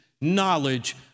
knowledge